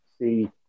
see